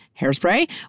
Hairspray